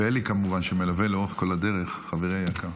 ואלי, כמובן, שמלווה לאורך כל הדרך, חברי היקר.